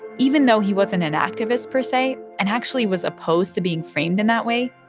even though he wasn't an activist, per se, and actually was opposed to being framed in that way,